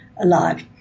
alive